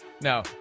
No